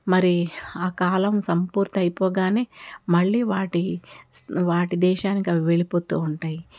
మరి ఆ కాలం సంపూర్తి అయిపోగానే మళ్ళీ వాటి స్ వాటి దేశానికి అవి వెళ్ళిపోతూ ఉంటాయి